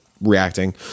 reacting